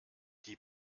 die